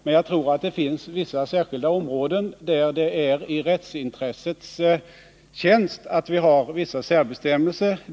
Men jag tror att det finns vissa särskilda områden där det är i rättsintressets tjänst att vi har vissa särbestämmelser.